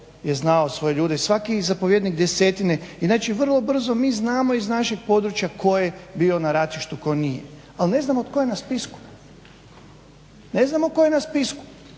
je znao svoje ljudi svaki zapovjednik desetine. Inače vrlo brzo mi znamo iz našeg područja tko je bio na ratištu tko nije, ali ne znamo to je nas spisku. Ne znamo tko je na spisku.